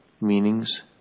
meanings